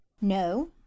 No